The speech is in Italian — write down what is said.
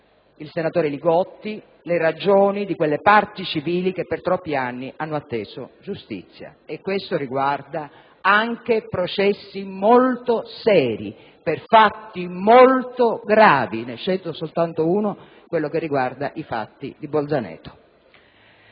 il senatore Li Gotti - di quelle parti civili che per troppi anni hanno atteso giustizia. E questo riguarda anche processi molto seri, per fatti molto gravi: ne cito soltanto uno, quello che riguarda i fatti di Bolzaneto.